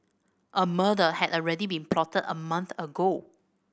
a murder had already been plotted a month ago